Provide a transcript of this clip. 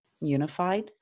unified